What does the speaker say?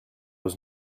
was